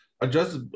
adjust